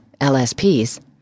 LSPs